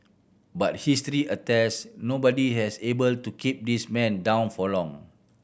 but history attest nobody has able to keep this man down for long